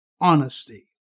honesty